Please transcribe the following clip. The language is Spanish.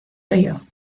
río